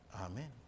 amen